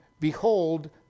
behold